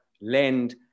lend